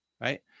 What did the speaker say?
right